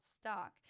stock